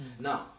Now